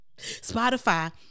spotify